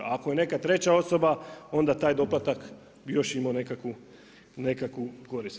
Ako je neka treća osoba onda taj doplatak bi još imao nekakvu korist.